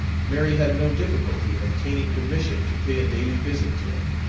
mary had no difficulty in obtaining permission to pay a daily visit to him,